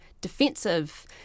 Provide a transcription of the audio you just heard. defensive